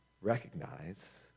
Recognize